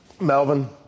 Melvin